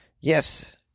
Yes